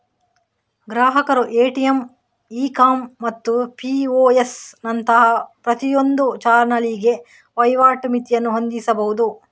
ಗ್ರಾಹಕರು ATM, ecom ಮತ್ತು POS ನಂತಹ ಪ್ರತಿಯೊಂದು ಚಾನಲಿಗೆ ವಹಿವಾಟು ಮಿತಿಯನ್ನು ಹೊಂದಿಸಬಹುದು